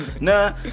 Nah